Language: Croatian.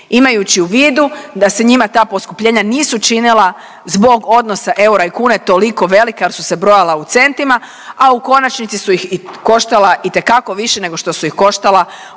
imajući u vidu da se njima ta poskupljenja nisu činila zbog odnosa eura i kune, toliko velika jer su se brojala u centima, a u konačnici su ih koštala itekako više nego što su ih koštala